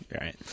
Right